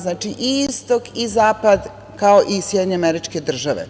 Znači, i istok i zapad, kao i SAD.